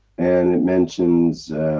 and it mentions